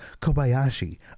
Kobayashi